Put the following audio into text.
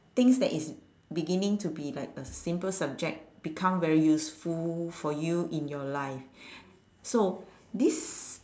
things that is beginning to be like a simple subject become very useful for you in your life so this